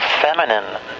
feminine